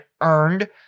earned